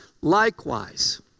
Likewise